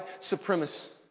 supremacist